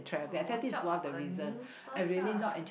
watch out for news first ah